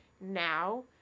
now –